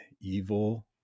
Evil